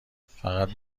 فقط